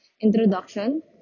introduction